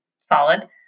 Solid